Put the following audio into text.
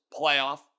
playoff